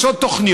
יש עוד תוכניות,